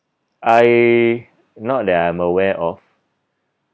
I not that I'm aware of